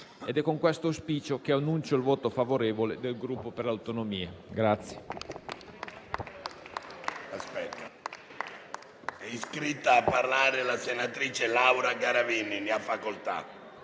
È con questo auspicio che annuncio il voto favorevole del Gruppo Per le Autonomie.